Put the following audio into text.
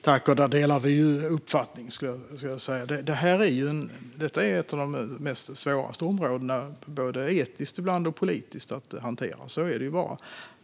Herr talman! Där delar vi uppfattning. Detta är ett av de svåraste områdena att hantera, både etiskt - ibland - och politiskt. Så är det bara.